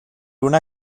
una